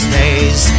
days